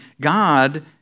God